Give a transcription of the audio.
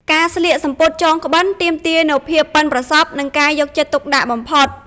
ការស្លៀកសំពត់ចងក្បិនទាមទារនូវភាពប៉ិនប្រសប់និងការយកចិត្តទុកដាក់បំផុត។